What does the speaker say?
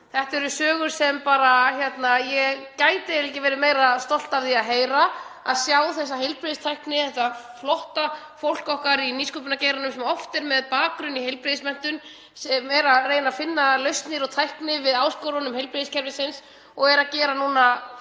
Þetta eru sögur sem ég gæti ekki verið meira stolt af því að heyra, að sjá þessa heilbrigðistækni, þetta flotta fólk okkar í nýsköpunargeiranum, sem oft er með bakgrunn í heilbrigðismenntun, vera að reyna að finna lausnir og tækni við áskorunum heilbrigðiskerfisins og er nú að gera gagn